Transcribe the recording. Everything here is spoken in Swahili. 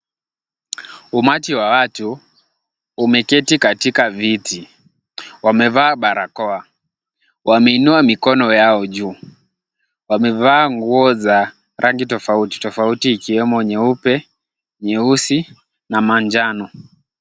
Umati wa watu umeketi katika viti. Wamevaa barakoa. Wameinua mikono yao juu. Wamevaa nguo za rangi tofauti tofauti ikiwemo nyeupe, nyeusi na manjano.